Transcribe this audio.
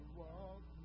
walk